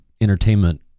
entertainment